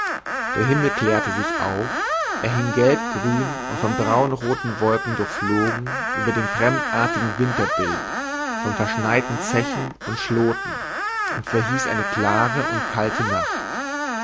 der himmel klärte sich auf er hing gelbgrün und von braunroten wolken durchflogen über dem fremdartigen winterbild von verschneiten zechen und schloten und verhieß eine klare und kalte nacht